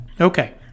okay